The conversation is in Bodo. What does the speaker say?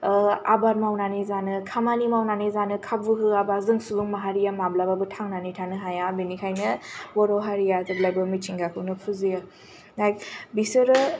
आबाद मावनानै जानो खामानि मावनानै जानो खाबु होयाब्ला जों सुबुं माहारिया माब्लाबाबो थांनानै थानो हाया बेनिखायनो बर' हारिया जेब्लाबो मिथिंगाखौनो फुजियो बिसोरो